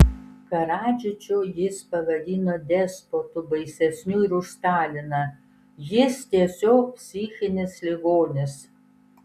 karadžičių jis pavadino despotu baisesniu ir už staliną jis tiesiog psichinis ligonis